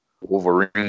Wolverine